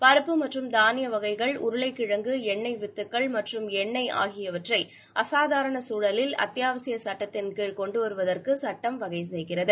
பருப்பு மற்றும் தானிய வகைகள் உருளைக் கிழங்கு எண்ணெய் வித்துகள் மற்றும் எண்ணெய் ஆகியவற்றை அசாதாரண சூழலில் அத்தியாவசிய சட்டத்தின் கீழ் கொண்டு வருவதற்கு சட்டம் வகை செய்கிறது